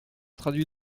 traduit